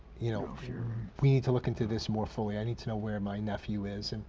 you know we need to look into this more fully. i need to know where my nephew is.